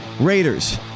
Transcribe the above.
Raiders